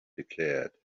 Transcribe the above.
declared